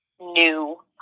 new